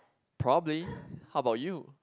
probably how about you